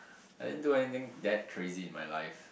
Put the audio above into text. I didn't do anything that crazy in my life